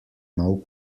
nov